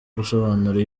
gusobanura